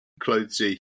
clothesy